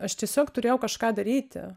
aš tiesiog turėjau kažką daryti